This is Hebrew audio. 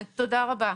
רבה.